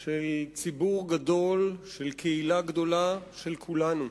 של ציבור גדול, של קהילה גדולה, של כולנו.